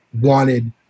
wanted